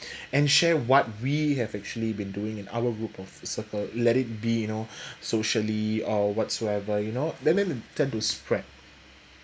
and share what we have actually been doing in our group of circle let it be you know socially or whatsoever you know then they tend to spread